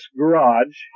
garage